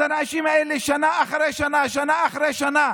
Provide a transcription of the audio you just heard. אז האנשים האלה, שנה אחרי שנה, שנה אחרי שנה,